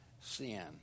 sin